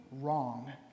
wrong